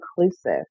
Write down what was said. inclusive